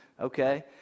Okay